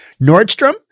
Nordstrom